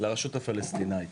לרשות הפלסטינית.